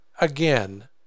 again